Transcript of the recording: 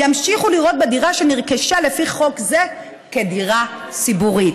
ימשיכו לראות בדירה שנרכשה לפי חוק זה דירה ציבורית.